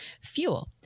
fuel